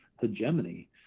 hegemony